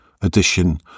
edition